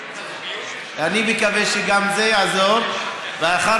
זה יעזור לברית הזוגיות?